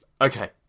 Okay